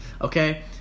okay